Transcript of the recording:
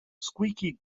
squeaky